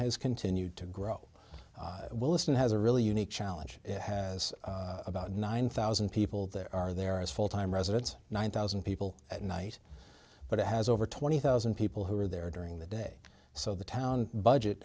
has continued to grow willesden has a really unique challenge has about nine thousand people there are there is full time residents nine thousand people at night but it has over twenty thousand people who are there during the day so the town budget